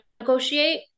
negotiate